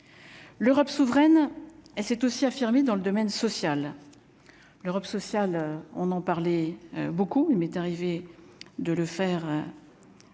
l'Europe souveraine et c'est aussi affirmé dans le domaine social, l'Europe sociale, on en parlait beaucoup, il m'est arrivé de le faire